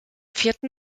vierten